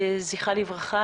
זכרה לברכה,